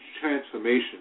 transformation